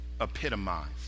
epitomized